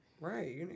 Right